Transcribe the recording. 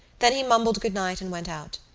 then he mumbled good-night and went out.